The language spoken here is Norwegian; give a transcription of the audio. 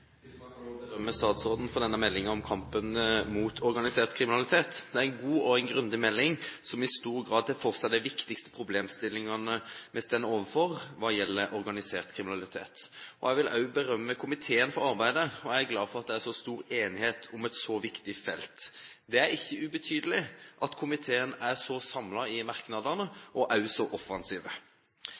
å berømme statsråden for denne meldingen om kampen mot organisert kriminalitet. Det er en god og grundig melding, som i stor grad tar for seg de viktigste problemstillingene vi står overfor hva gjelder organisert kriminalitet. Jeg vil også berømme komiteen for arbeidet. Jeg er glad for at det er så stor enighet om et så viktig felt. Det er ikke ubetydelig at komiteen er så samlet i merknadene og også så